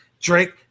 Drake